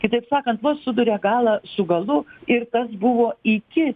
kitaip sakant vos suduria galą su galu ir tas buvo iki